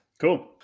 Cool